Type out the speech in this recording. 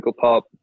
Pop